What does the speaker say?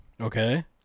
Okay